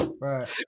right